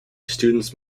students